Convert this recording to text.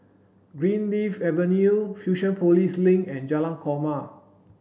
Greenleaf Avenue Fusionopolis Link and Jalan Korma